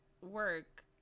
work